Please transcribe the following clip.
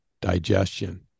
digestion